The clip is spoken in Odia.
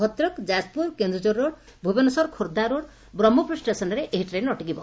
ଭଦ୍ରକ ଯାଜପୁର କେନ୍ଦୁଝର ରୋଡ୍ ଭୁବନେଶ୍ୱର ଖୋଦ୍ଧା ରୋଡ୍ ବ୍ରହ୍କପୁର ଷେସନ୍ରେ ଏହି ଟ୍ରେନ୍ ଅଟକିବ